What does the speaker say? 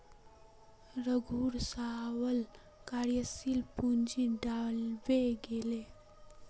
रघूर सबला कार्यशील पूँजी डूबे गेले